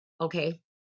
Okay